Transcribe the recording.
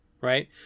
right